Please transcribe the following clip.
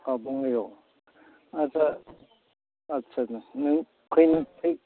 अ बङाइयाव आदसा आदसा नों फै फै